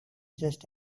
just